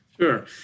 Sure